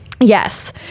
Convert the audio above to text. Yes